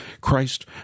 Christ